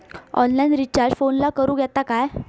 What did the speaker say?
Online recharge फोनला करूक येता काय?